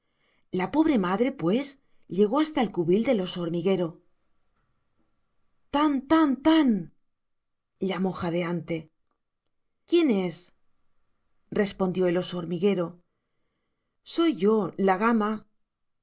la pobre madre pues llegó hasta el cubil del oso hormiguero tan tan tan llamó jadeante quién es respondió el oso hormiguero soy yo la gama ah